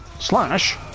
Slash